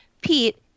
Pete